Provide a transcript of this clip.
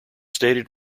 stated